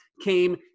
came